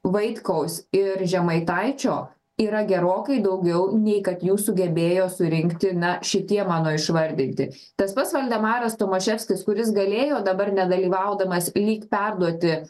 vaitkaus ir žemaitaičio yra gerokai daugiau nei kad jų sugebėjo surinkti na šitie mano išvardinti tas pats valdemaras tomaševskis kuris galėjo dabar nedalyvaudamas lyg perduoti